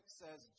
says